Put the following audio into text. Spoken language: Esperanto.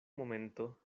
momento